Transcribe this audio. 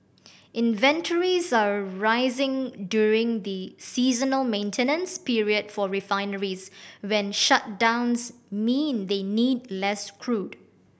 inventories are rising during the seasonal maintenance period for refineries when shutdowns mean they need less crude